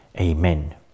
Amen